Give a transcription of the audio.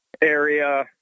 area